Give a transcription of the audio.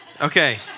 Okay